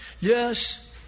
Yes